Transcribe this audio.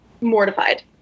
Mortified